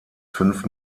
fünf